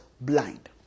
blind